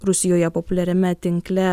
rusijoje populiariame tinkle